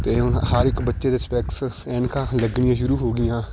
ਅਤੇ ਹੁਣ ਹਰ ਇੱਕ ਬੱਚੇ ਦੇ ਸਪੈਕਸ ਐਨਕਾਂ ਲੱਗਣੀਆਂ ਸ਼ੁਰੂ ਹੋ ਗਈਆਂ